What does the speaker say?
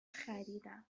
خریدم